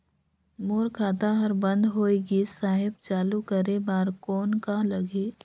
मोर खाता हर बंद होय गिस साहेब चालू करे बार कौन का लगही?